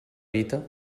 vita